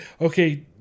okay